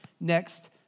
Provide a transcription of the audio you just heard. next